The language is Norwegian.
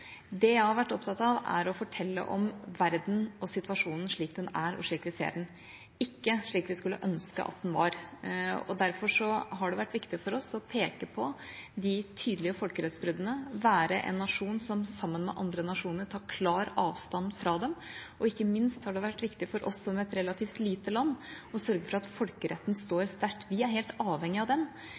Det jeg har vært opptatt av, er å fortelle om verden og situasjonen slik den er og slik vi ser den, ikke slik vi skulle ønske at den var. Derfor har det vært viktig for oss å peke på de tydelige folkerettsbruddene, være en nasjon som sammen med andre nasjoner tar klart avstand fra dem, og ikke minst har det vært viktig for oss som et relativt lite land å sørge for at folkeretten står sterkt. Vi er helt avhengig av